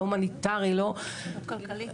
לא הומניטרי וגם לא כלכלי.